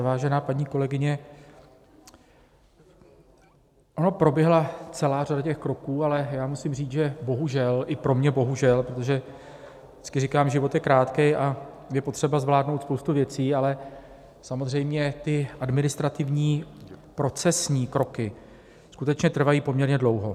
Vážená paní kolegyně, ona proběhla celá řada těch kroků, ale já musím říct, že bohužel, i pro mě bohužel, protože vždycky říkám, že život je krátký a je potřeba zvládnout spoustu věcí, ale samozřejmě ty administrativní, procesní kroky skutečně trvají poměrně dlouho.